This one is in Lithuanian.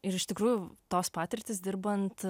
ir iš tikrųjų tos patirtys dirbant